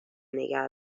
نگه